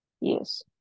Yes